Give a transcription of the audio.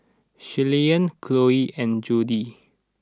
Shirleyann Chloe and Jody